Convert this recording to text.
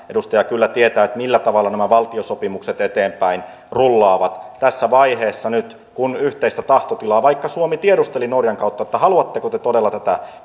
edustaja kyllä tietää millä tavalla nämä valtiosopimukset eteenpäin rullaavat tässä vaiheessa nyt kun yhteistä tahtotilaa suomi tiedusteli norjan kautta että haluatteko te todella tätä